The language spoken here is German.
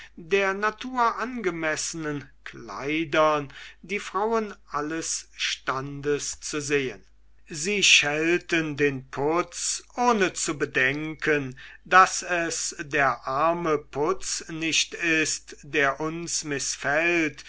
der natur angemessenen kleidern die frauen alles standes zu sehen sie schelten den putz ohne zu bedenken daß es der arme putz nicht ist der uns mißfällt